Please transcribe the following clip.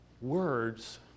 Words